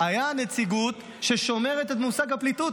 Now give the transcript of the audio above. הייתה נציגות ששומרת את מושג הפליטות.